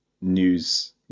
news